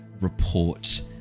Report